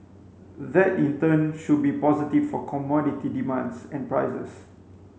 that in turn should be positive for commodity demands and prices